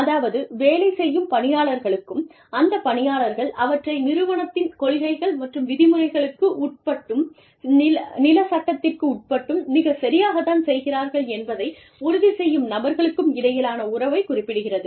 அதாவது வேலை செய்யும் பணியாளர்களுக்கும் அந்த பணியாளர்கள் அவற்றை நிறுவனத்தின் கொள்கைகள் மற்றும் விதிமுறைகளுக்கு உட்பட்டும் நில சட்டத்திற்கு உட்பட்டும் மிகச் சரியாகத்தான் செய்கிறார்கள் என்பதை உறுதி செய்யும் நபர்களுக்கும் இடையிலான உறவை குறிப்பிடுகிறது